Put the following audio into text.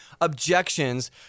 objections